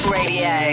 Radio